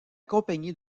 compagnie